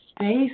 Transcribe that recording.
space